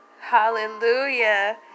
hallelujah